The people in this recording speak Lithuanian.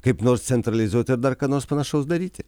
kaip nors centralizuoti ar dar ką nors panašaus daryti